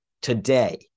today